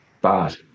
bad